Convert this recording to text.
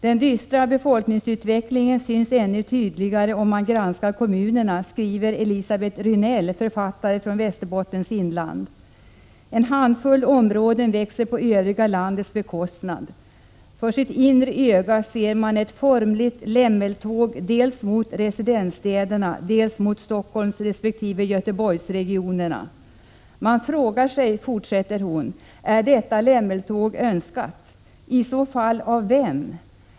Den dystra befolkningsutvecklingen syns ännu tydligare om man granskar kommunerna, skriver Elisabet Rynell, författare från Västerbottens inland. En handfull områden växer på övriga landets bekostnad. För sitt inre öga ser man ett formligt lämmeltåg dels mot residensstäderna, dels mot Stockholmsresp. Göteborgsregionerna. Man frågar sig, fortsätter hon: Är detta lämmeltåg önskat? I så fall av vem?